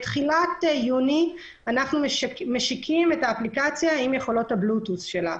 בתחילת יוני אנחנו נשיק את האפליקציה עם יכולות הבלוטות' שלה.